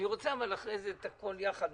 אני רוצה אחרי זה את הכול יחד.